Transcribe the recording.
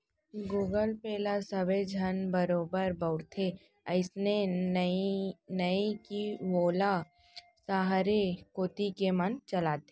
Google Pay ल सबे झन बरोबर बउरथे, अइसे नइये कि वोला सहरे कोती के मन चलाथें